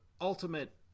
ultimate